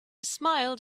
smiled